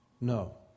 No